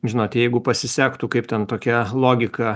žinot jeigu pasisektų kaip ten tokia logika